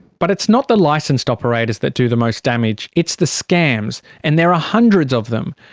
but it's not the licensed operators that do the most damage, it's the scams, and there are hundreds of them.